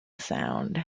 sound